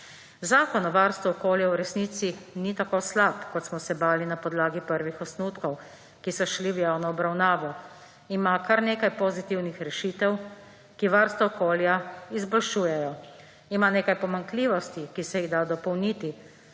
Zakon o varstvu okolja v resnici ni tako slab, kot smo se bali na podlagi prvi osnutkov, ki so šli v javno obravnavo. Ima kar nekaj pozitivnih rešitev, ki varstvo okolja izboljšujejo. Ima nekaj pomanjkljivosti, ki se jih da dopolniti,